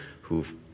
who've